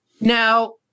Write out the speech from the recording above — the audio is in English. Now